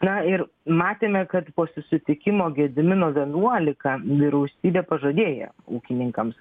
na ir matėme kad po susitikimo gedimino vienuolika vyriausybė pažadėjo ūkininkams